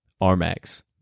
R-Max